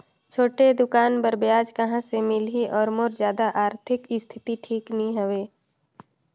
छोटे दुकान बर ब्याज कहा से मिल ही और मोर जादा आरथिक स्थिति ठीक नी हवे?